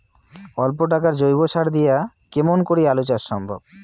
অল্প টাকার জৈব সার দিয়া কেমন করি আলু চাষ সম্ভব?